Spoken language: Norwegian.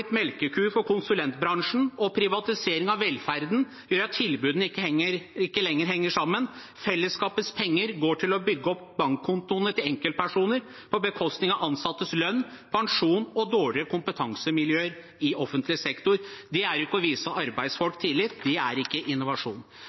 melkeku for konsulentbransjen, og privatisering av velferden gjør at tilbudene ikke lenger henger sammen. Fellesskapets penger går til å bygge opp bankkontoene til enkeltpersoner på bekostning av ansattes lønn, pensjon og dårligere kompetansemiljøer i offentlig sektor. Det er ikke å vise arbeidsfolk tillit, det er ikke innovasjon.